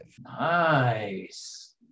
Nice